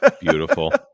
Beautiful